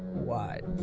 what?